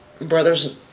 brothers